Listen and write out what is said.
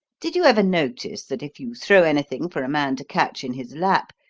did you ever notice that if you throw anything for a man to catch in his lap,